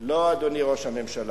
לא, אדוני ראש הממשלה.